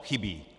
Chybí.